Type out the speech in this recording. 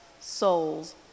souls